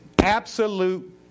absolute